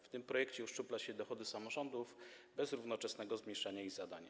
W tym projekcie uszczupla się dochody samorządów, bez równoczesnego zmniejszenia ich zadań.